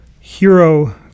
hero